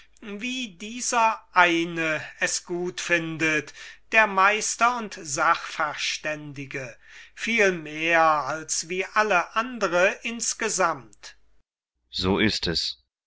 wie dieser eine es gut findet der meister und sachverständige viel mehr als wie alle anderen insgesamt kriton so ist es